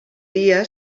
dia